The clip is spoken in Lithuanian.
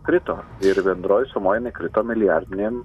krito ir bendroj sumoj jinai krito milijardinėm